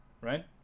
right